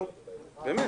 באמת.